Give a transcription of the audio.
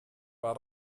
war